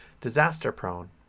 disaster-prone